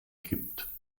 gibt